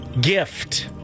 Gift